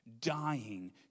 dying